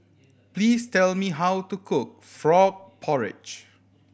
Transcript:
please tell me how to cook frog porridge